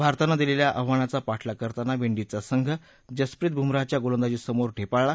भारतानं दिलेल्या आव्हानाचा पाठलाग करताना विडीजचा संघ जसप्रित ब्मराहच्या गोलंदाजीसमोर ढेपाळाला